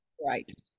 Right